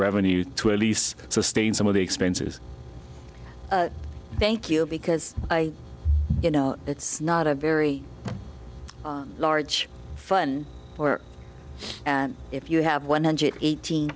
revenue to elise sustain some of the expenses thank you because i you know it's not a very large fund or if you have one hundred eight